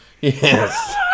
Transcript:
Yes